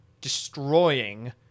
destroying